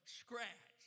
scratch